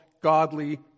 godly